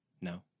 No